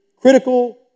critical